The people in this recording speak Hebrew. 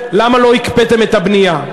אומרת: למה לא הקפאתם את הבנייה?